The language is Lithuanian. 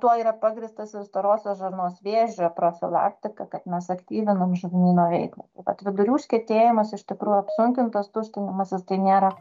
tuo yra pagrįstas ir storosios žarnos vėžio profilaktika kad mes aktyvinam žarnyno veiklą o vat vidurių užkietėjimas iš tikrųjų apsunkintas tuštinimasis tai nėra